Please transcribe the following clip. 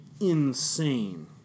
insane